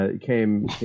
came